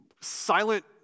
silent